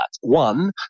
One